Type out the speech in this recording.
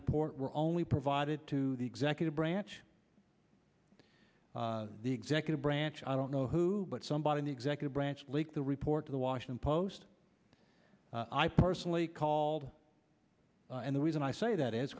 report were only provided to the executive branch the executive branch i don't know who but somebody in the executive branch leaked the report to the washington post i personally called and the reason i say that is